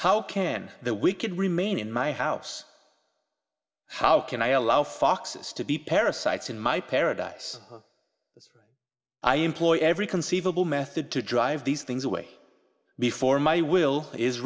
how can that we can remain in my house how can i allow foxes to be parasites in my paradise i employ every conceivable method to drive these things away before my will is